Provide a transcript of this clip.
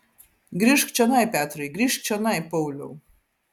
grįžk čionai petrai grįžk čionai pauliau